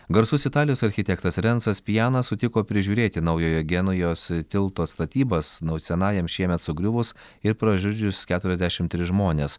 garsus italijos architektas rencas pijanas sutiko prižiūrėti naujojo genujos tilto statybas nau senajam šiemet sugriuvus ir pražudžius keturiasdešim tris žmones